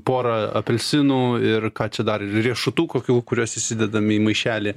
porą apelsinų ir ką čia dar ir riešutų kokių kuriuos įsidedam į maišelį